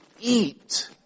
eat